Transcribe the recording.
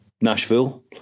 Nashville